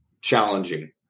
challenging